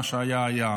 מה שהיה היה.